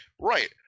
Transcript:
Right